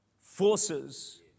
forces